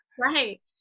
Right